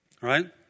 Right